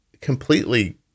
completely